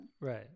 right